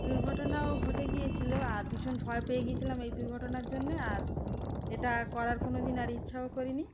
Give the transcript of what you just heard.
দুর্ঘটনাও ঘটে গিয়েছিল আর ভীষণ ভয় পেয়ে গিয়েছিলাম এই দুর্ঘটনার জন্যে আর এটা করার কোনো দিন আর ইচ্ছাও করিনি